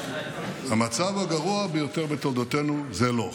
המצב הגרוע ביותר בתולדותינו זה לא.